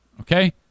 Okay